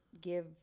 give